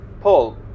Paul